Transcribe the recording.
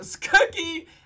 Cookie